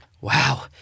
Wow